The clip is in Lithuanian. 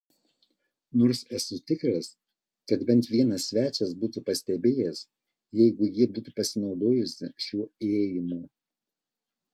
nors esu tikras kad bent vienas svečias būtų pastebėjęs jeigu ji būtų pasinaudojusi šiuo įėjimu